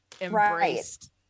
embraced